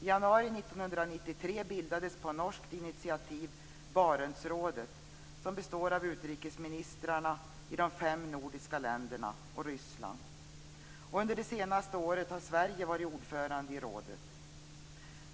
I januari 1993 bildades på norskt initiativ Barentsrådet, som består av utrikesministrarna i de fem nordiska länderna och Ryssland. Under det senaste året har Sverige varit ordförande i rådet.